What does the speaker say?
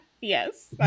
Yes